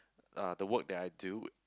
uh the work that I do